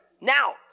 Now